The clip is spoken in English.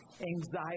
anxiety